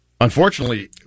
Unfortunately